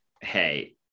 hey